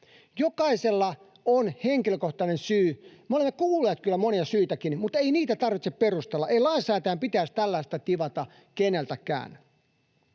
Jokaisella on henkilökohtainen syy. Me olemme kuulleet kyllä moniakin syitä, mutta ei asiaa tarvitse perustella, ei lainsäätäjän pitäisi tällaista tivata keneltäkään.